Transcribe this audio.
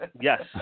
yes